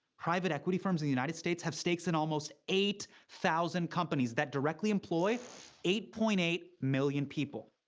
private equity firms in the united states have stakes in almost eight thousand companies that directly employ eight point eight million people.